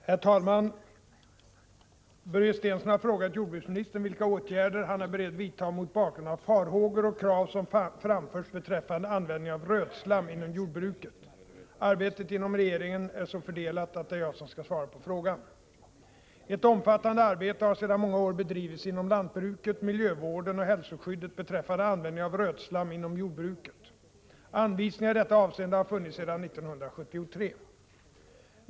Herr talman! Börje Stensson har frågat jordbruksministern vilka åtgärder han är beredd vidta mot bakgrund av farhågor och krav som framförts beträffande användning av rötslam inom jordbruket. Arbetet inom regeringen är så fördelat att det är jag som skall svara på frågan. Ett omfattande arbete har sedan många år bedrivits inom lantbruket, miljövården och hälsoskyddet beträffande användning av rötslam inom jordbruket. Anvisningar i detta avseende har funnits sedan 1973.